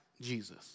Jesus